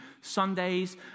Sundays